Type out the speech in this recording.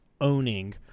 owning